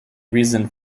reason